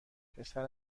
پسر